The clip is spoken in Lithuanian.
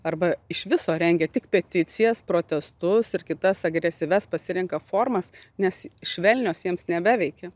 arba iš viso rengia tik peticijas protestus ir kitas agresyvias pasirenka formas nes švelnios jiems nebeveikia